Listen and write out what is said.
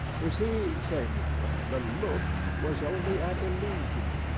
you see, senora, the look was only an illusion.